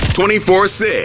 24-6